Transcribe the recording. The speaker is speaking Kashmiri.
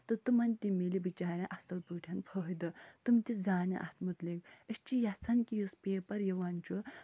تہٕ تِمن تہِ مِلہِ بَچارٮ۪ن اَصٕل پٲٹھۍ فٲہدٕ تِم تہِ زانن اَتھ متعلق أسۍ چھِ یَژھان کہِ یُس پیپر یِوان چھُ